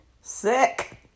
sick